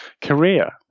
Korea